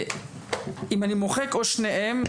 אם אני מוחק "או שניהם",